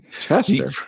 Chester